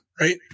right